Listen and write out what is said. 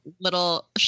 Little